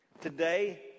Today